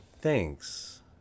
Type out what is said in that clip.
Thanks